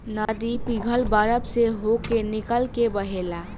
नदी पिघल बरफ से होके निकल के बहेला